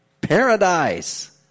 Paradise